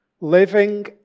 Living